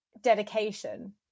dedication